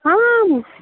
आम्